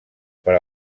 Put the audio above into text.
per